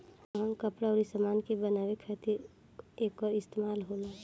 महंग कपड़ा अउर समान के बनावे खातिर एकर इस्तमाल होला